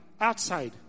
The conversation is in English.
outside